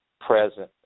present